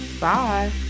Bye